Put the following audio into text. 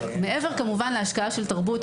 מעבר כמובן להשקעה של תרבות,